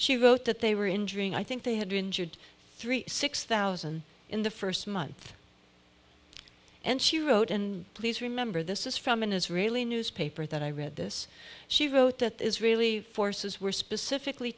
she wrote that they were injuring i think they had injured three six thousand in the first month and she wrote and please remember this is from an israeli newspaper that i read this she wrote that israeli forces were specifically